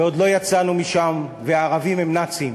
ועוד לא יצאנו משם, והערבים הם נאצים.